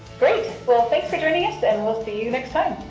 great! well, thanks for joining us and we'll see you next time.